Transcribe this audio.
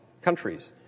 countries